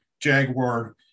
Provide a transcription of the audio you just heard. Jaguar